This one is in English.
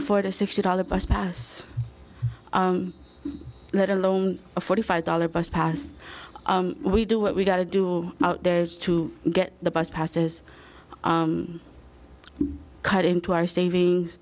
afford a sixty dollars bus pass let alone a forty five dollar bus pass we do what we gotta do out there to get the bus passes cut into our savings